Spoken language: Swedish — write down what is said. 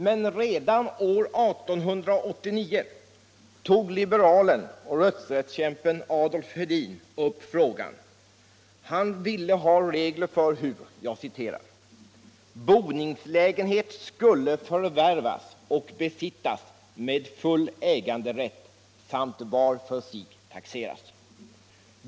Men redan år 1889 tog liberalen Adolf Hedin upp frågan. Han ville ha regler för hur ”boningslägenhet skulle förvärvas och besittas med full äganderätt samt var för sig taxeras”.